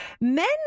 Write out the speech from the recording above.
Men